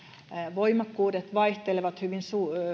voimakkuudet vaihtelevat hyvin